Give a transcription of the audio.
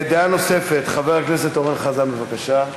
דעה נוספת, חבר הכנסת אורן חזן, בבקשה.